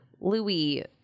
Louis